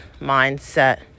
mindset